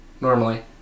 Normally